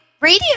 radio